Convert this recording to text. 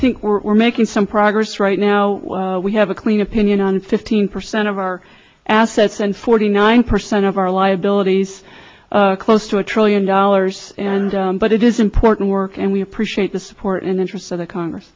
think we're making some progress right now we have a clean opinion on fifteen percent of our assets and forty nine percent of our liabilities close to a trillion dollars and but it is important work and we appreciate the support and interest of the congress